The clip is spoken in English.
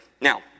now